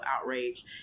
outraged